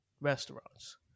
restaurants